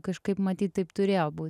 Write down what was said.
kažkaip matyt taip turėjo būt